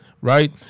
right